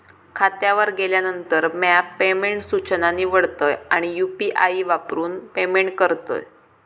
खात्यावर गेल्यानंतर, म्या पेमेंट सूचना निवडतय आणि यू.पी.आई वापरून पेमेंट करतय